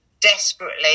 desperately